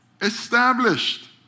established